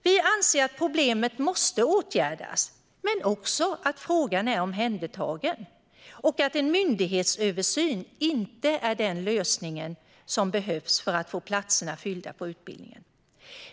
Vi anser att problemet måste åtgärdas men också att frågan är omhändertagen och att en myndighetsöversyn inte är den lösning som behövs för att få platserna på utbildningen fyllda.